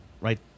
Right